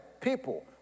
people